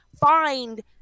find